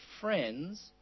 friends